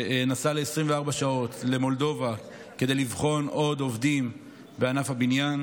שנסעה ל-24 שעות למולדובה כדי לבחון עוד עובדים בענף הבניין,